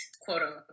quote